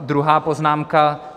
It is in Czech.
Druhá poznámka.